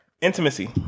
Intimacy